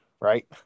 Right